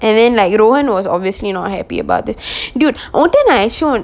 and then like rohan was obviously not happy about it dude ஒன்ட நா:onta na as soon